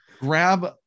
grab